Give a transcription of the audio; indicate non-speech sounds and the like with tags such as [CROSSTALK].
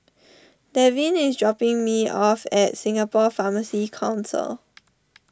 Deven is dropping me off at Singapore Pharmacy Council [NOISE]